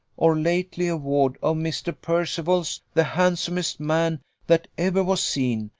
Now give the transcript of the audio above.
or lately a ward, of mr. percival's, the handsomest man that ever was seen,